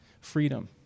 freedom